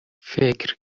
فکر